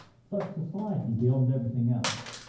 such society, beyond every thing else,